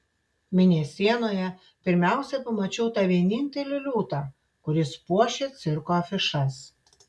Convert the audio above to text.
mėnesienoje pirmiausia pamačiau tą vienintelį liūtą kuris puošia cirko afišas